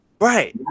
Right